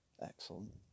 excellent